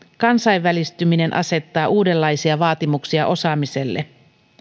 kansainvälistyminen asettaa uudenlaisia vaatimuksia osaamiselle